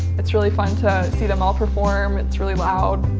it's really fun to see them all preform. it's really loud.